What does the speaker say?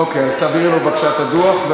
אוקיי, אז תעבירי לו בבקשה את הדוח.